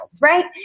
right